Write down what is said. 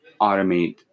automate